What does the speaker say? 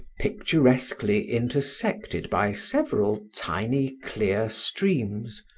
picturesquely intersected by several tiny clear streams,